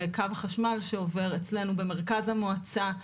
לקו החשמל שעובר אצלנו במרכז המועצה,